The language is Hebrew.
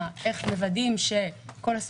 הקורונה ולהקים גוף שיתכלל את כל האירוע